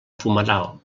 fumeral